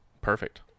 perfect